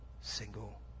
single